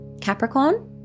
Capricorn